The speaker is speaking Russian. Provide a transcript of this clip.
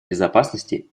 безопасности